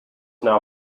now